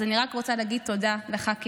אז אני רק רוצה להגיד תודה לח"כים.